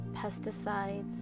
pesticides